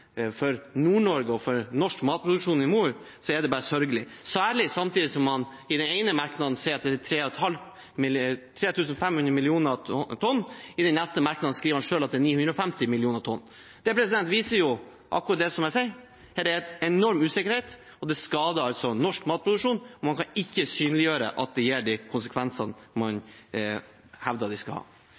for Nord-Norge og for norsk matproduksjon i nord, er det bare sørgelig – særlig samtidig som man i den ene merknaden skriver at det er 3 500 mill. tonn, og i den neste merknaden skriver at det er 950 mill. tonn. Det viser akkurat det jeg sier: Her er det en enorm usikkerhet, og det skader norsk matproduksjon. Man kan ikke synliggjøre at det gir de konsekvensene man hevder det skal ha.